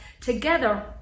together